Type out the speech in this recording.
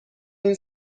این